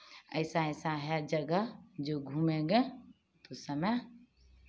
ऐसा ऐसा है जगह जो घूमेंगे तो समय